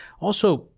also,